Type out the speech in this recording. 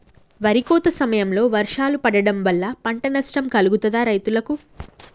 వరి కోత సమయంలో వర్షాలు పడటం వల్ల పంట నష్టం కలుగుతదా రైతులకు?